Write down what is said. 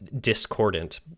discordant